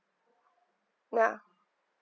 ya